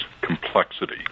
complexity